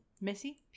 Missy